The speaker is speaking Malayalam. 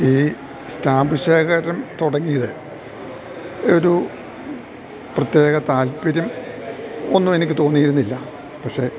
ഈ സ്റ്റാമ്പ് ശേഖരം തുടങ്ങിയത് ഒരു പ്രത്യേക താല്പര്യം ഒന്നും എനിക്ക് തോന്നിയിരുന്നില്ല പക്ഷെ